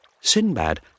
Sinbad